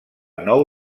nou